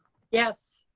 yes.